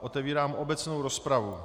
Otevírám obecnou rozpravu.